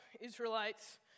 Israelites